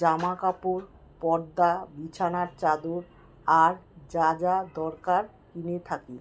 জামাকাপড় পর্দা বিছানার চাদর আর যা যা দরকার কিনে থাকি